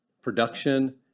production